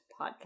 podcast